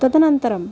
तदनन्तरम्